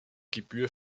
gebühr